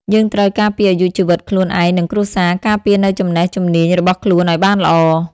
យើងត្រូវការពារអាយុជីវិតខ្លួនឯងនិងគ្រួសារ ការពារនូវចំណេះជំនាញរបស់ខ្លួនឱ្យបានល្អ។